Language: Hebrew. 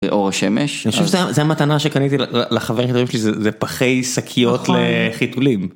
באור השמש זה המתנה שקניתי לחברים שלי זה פחי שקיות לחיתולים.